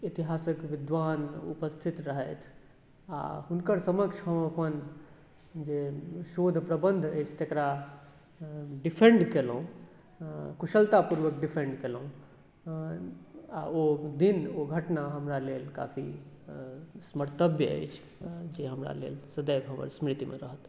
इतिहासक विद्वान उपस्थित रहथि आ हुनकर सभक पक्ष हम अपन जे शोध प्रबंध अछि तेकरा डिफेंड केलहुॅं कुशलतापूर्वक डिफेंड केलहुॅं आ ओ दिन ओ घटना हमरा लेल काफी समर्तव्य अछि जे हमरा लेल सदैव हमर स्मृति मे रहत